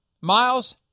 Miles